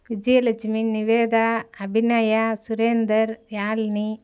Vijayalakshmi Nivedha Abhinaya Surender Yazhini